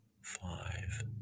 Five